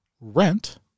Rent